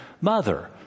Mother